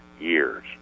years